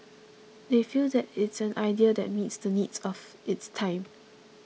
they feel that it's an idea that meets the needs of its time